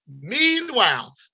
Meanwhile